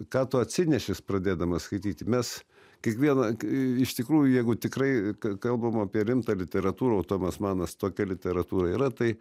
ką tu atsineši pradėdamas skaityti mes kiekvieną iš tikrųjų jeigu tikrai kalbam apie rimtą literatūrą o tomas manas tokia literatūra yra tai